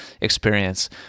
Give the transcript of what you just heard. experience